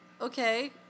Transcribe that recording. okay